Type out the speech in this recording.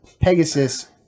pegasus